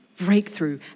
breakthrough